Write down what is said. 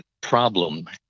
problem